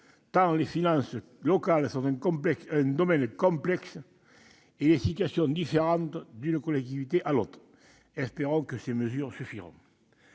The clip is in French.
tant les finances locales sont un domaine complexe et les situations différentes d'une collectivité à une autre. Espérons que ces mesures suffiront